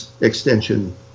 extension